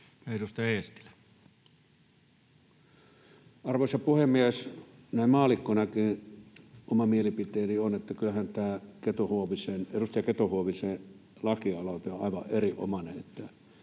Edustaja Eestilä. Arvoisa puhemies! Näin maallikkonakin oma mielipiteeni on, että kyllähän tämä edustaja Keto-Huovisen lakialoite on aivan erinomainen.